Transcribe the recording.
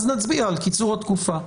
נצביע על קיצור התקופה.